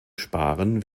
sparen